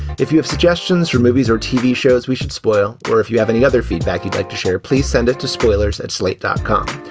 if you have suggestions for movies or tv shows, we should spoil or if you have any other feedback you'd like to share. please send it to spoilers at slate dot com.